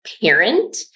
parent